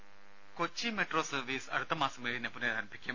ദേദ Kochi metro service അടുത്ത മാസം ഏഴിന് പുനഃരാരംഭിക്കും